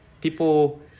people